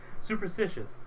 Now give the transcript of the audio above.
superstitious